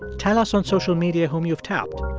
tell us on social media whom you've tapped.